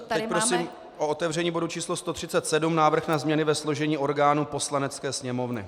Teď prosím o otevření bodu číslo 137, Návrh na změny ve složení orgánů Poslanecké sněmovny.